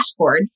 dashboards